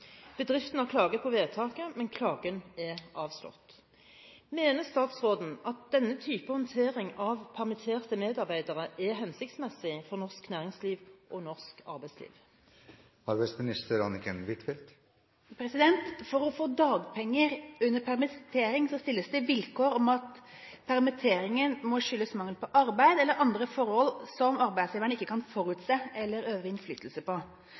Bedriften har klaget på vedtaket, men klagen er avslått. Mener statsråden at denne type håndtering av permitterte medarbeidere er hensiktsmessig for norsk næringsliv og norsk arbeidsliv?» For å få dagpenger under permittering, stilles det vilkår om at permitteringen må skyldes mangel på arbeid eller andre forhold som arbeidsgiveren ikke kan forutse eller øve innflytelse på.